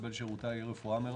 לקבל שירותי רפואה מרחוק.